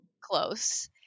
close